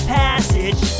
passage